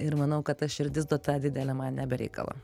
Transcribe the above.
ir manau kad ta širdis duota didelė man ne be reikalo